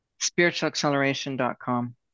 Spiritualacceleration.com